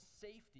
safety